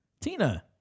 Tina